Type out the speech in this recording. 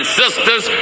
sisters